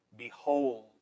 behold